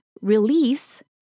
release